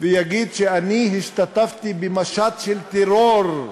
ויגיד שאני השתתפתי במשט של טרור.